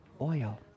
oil